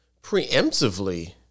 preemptively